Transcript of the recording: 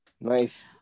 Nice